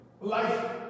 Life